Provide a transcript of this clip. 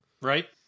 Right